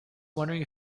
wondering